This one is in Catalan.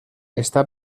està